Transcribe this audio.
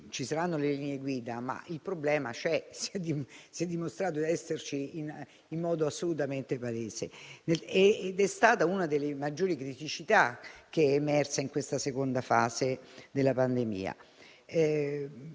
ci saranno le linee guida, ma il problema c'è. Ha dimostrato esserci in modo assolutamente palese ed è stata una delle maggiori criticità emerse in questa seconda fase della pandemia.